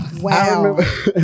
Wow